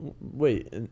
Wait